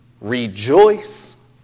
rejoice